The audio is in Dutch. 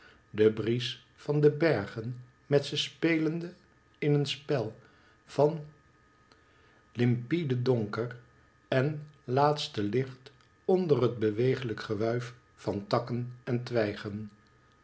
de bries van de bergen met ze spelende in een spel van limpide donker en laatste licht onder het bewegelijk gewuif van takken en twijgen